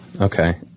okay